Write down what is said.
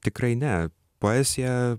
tikrai ne poeziją